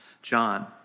John